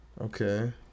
Okay